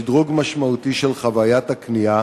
שדרוג משמעותי של חוויית הקנייה